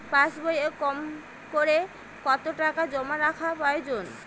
পাশবইয়ে কমকরে কত টাকা জমা রাখা প্রয়োজন?